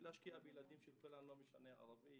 להשקיע בילדים של כולנו לא משנה אם ערבי,